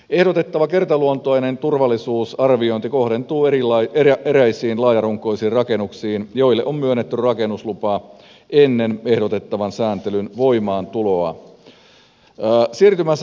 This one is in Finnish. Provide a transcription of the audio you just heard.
ehdotettava kertaluontoinen turvallisuusarviointi kohdentuu eräisiin laajarunkoisiin rakennuksiin joille on myönnetty rakennuslupa ennen ehdotettavan sääntelyn voimaantuloa